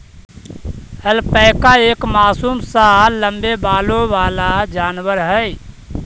alpaca एक मासूम सा लम्बे बालों वाला जानवर है